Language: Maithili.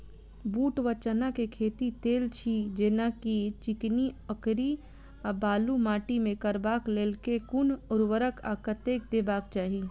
बूट वा चना केँ खेती, तेल छी जेना की चिकनी, अंकरी आ बालू माटि मे करबाक लेल केँ कुन उर्वरक आ कतेक देबाक चाहि?